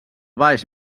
baix